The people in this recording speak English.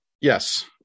yes